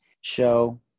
show